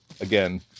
again